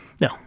No